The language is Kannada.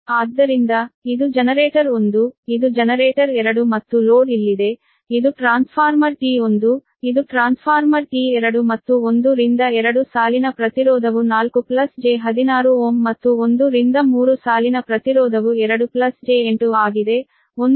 ಆದ್ದರಿಂದ ಇದು ಜನರೇಟರ್ 1 ಇದು ಜನರೇಟರ್ 2 ಮತ್ತು ಲೋಡ್ ಇಲ್ಲಿದೆ ಇದು ಟ್ರಾನ್ಸ್ಫಾರ್ಮರ್ T 1 ಇದು ಟ್ರಾನ್ಸ್ಫಾರ್ಮರ್ T 2 ಮತ್ತು 1 ರಿಂದ 2 ಸಾಲಿನ ಪ್ರತಿರೋಧವು 4 j16 Ω ಮತ್ತು 1 ರಿಂದ 3 ಸಾಲಿನ ಪ್ರತಿರೋಧವು 2 j8 ಆಗಿದೆ 1 ರಿಂದ 2 ಸಾಲಿನ ಪ್ರತಿರೋಧದ ಅರ್ಧ